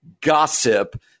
gossip